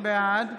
בעד